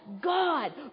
God